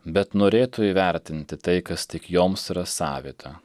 bet norėtų įvertinti tai kas tik joms yra savita